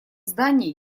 здании